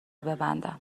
ببندم